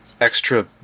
extra